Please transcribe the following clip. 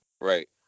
right